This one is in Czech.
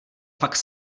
fakt